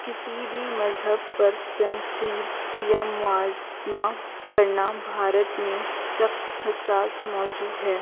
کسی بھی مذہب پر تنقید یا موازنہ کرنا بھارت میں سخت حساس موضوع ہے